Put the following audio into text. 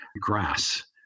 grass